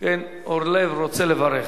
אורלב רוצה לברך.